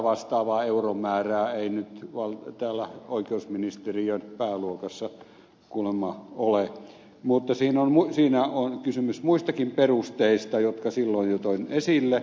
sitä vastaavaa euromäärää ei nyt täällä oikeusministeriön pääluokassa kuulemma ole mutta siinä on kysymys muistakin perusteista jotka silloin jo toin esille